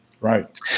Right